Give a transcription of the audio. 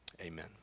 amen